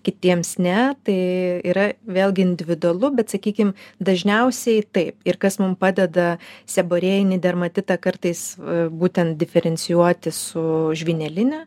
kitiems ne tai yra vėlgi individualu bet sakykim dažniausiai taip ir kas mum padeda seborėjinį dermatitą kartais būtent diferencijuoti su žvyneline